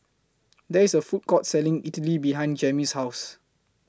There IS A Food Court Selling Idili behind Jammie's House